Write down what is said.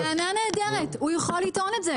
טענה נהדרת, הוא יכול לטעון את זה.